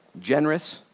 generous